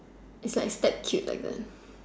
it's like step cute like that